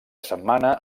setmana